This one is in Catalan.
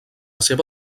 seva